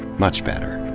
much better.